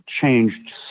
changed